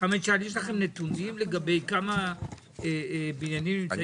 חמד שאל אם יש לכם נתונים לגבי כמה בניינים נמצאים בסכנה?